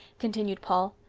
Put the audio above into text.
continued paul.